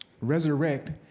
resurrect